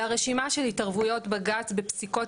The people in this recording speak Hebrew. והרשימה של התערבויות בג"צ בפסיקות